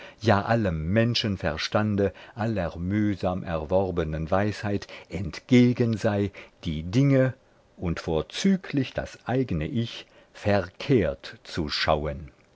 ja allem menschenverstande aller mühsam erworbenen weisheit entgegen sei die dinge und vorzüglich das eigne ich verkehrt zu schauen